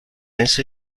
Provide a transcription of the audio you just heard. ese